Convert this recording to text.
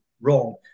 wrong